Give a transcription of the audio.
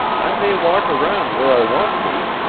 i may walk around where i want to,